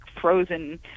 frozen